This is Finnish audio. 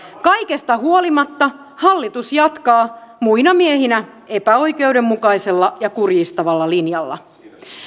kaikesta huolimatta hallitus jatkaa muina miehinä epäoikeudenmukaisella ja kurjistavalla linjalla